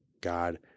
God